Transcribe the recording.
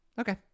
Okay